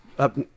up